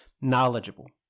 knowledgeable